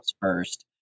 first